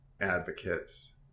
advocates